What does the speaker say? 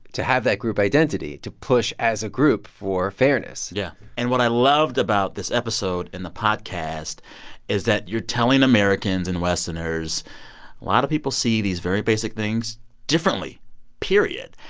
to have that group identity, to push as a group for fairness yeah. and what i loved about this episode in the podcast is that you're telling americans and westerners, a lot of people see these very basic things differently period.